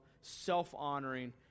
self-honoring